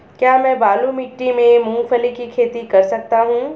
क्या मैं बालू मिट्टी में मूंगफली की खेती कर सकता हूँ?